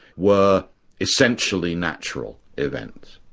were essentially natural events.